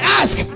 ask